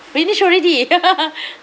finished already